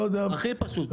פשוט מאוד.